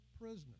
prisoner